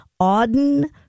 Auden